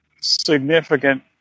significant